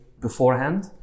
beforehand